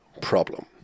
problem